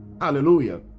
Hallelujah